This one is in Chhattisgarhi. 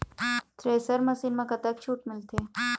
थ्रेसर मशीन म कतक छूट मिलथे?